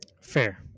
Fair